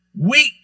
weak